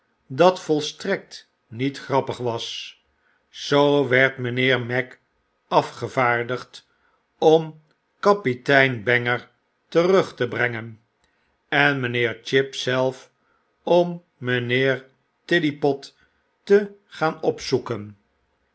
gezicht datvolstrekt niet grappig was zoo werd mynheer magg afgevaardigd om kapitein banger terugtebrengen en mfjnheer chib zelf om mynheer tiddypot te gaan opzoeken